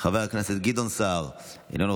חבר הכנסת גדעון סער, אינו נוכח,